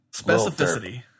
specificity